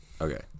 Okay